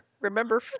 Remember